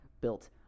built